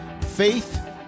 faith